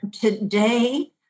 today